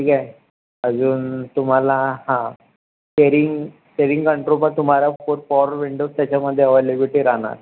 ठीक आहे अजून तुम्हाला हां स्टेरिंग स्टेरिंग कंट्रोल पण तुम्हाला फूल पॉवर विंडोज त्याच्यामध्ये अवेलेबिलिटी राहणार